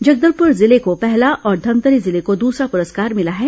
जगदलपुर जिले को पहला और धमतरी जिले को दूसरा पुरस्कार मिला है